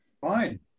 Fine